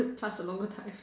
uh pass a longer time